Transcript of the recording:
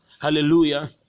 Hallelujah